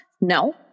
No